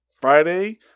friday